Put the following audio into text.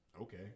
Okay